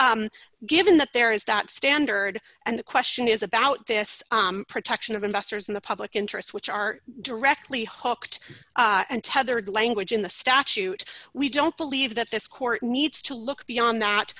so given that there is that standard and the question is about this protection of investors in the public interest which are directly hawked untethered language in the statute we don't believe that this court needs to look beyond